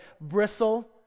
bristle